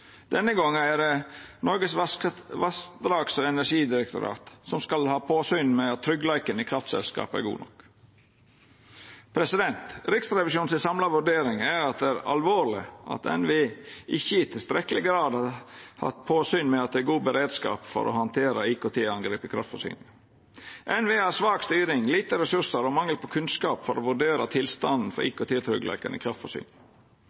denne gongen er det Noregs vassdrags- og energidirektorat, NVE, som skal ha påsyn med at tryggleiken i kraftselskapa er god nok. Den samla vurderinga til Riksrevisjonen er at det er alvorleg at NVE ikkje i tilstrekkeleg grad har hatt påsyn med at det er god beredskap for å handtera IKT-angrep i kraftforsyninga. NVE har svak styring, lite ressursar og mangel på kunnskap for å vurdera tilstanden for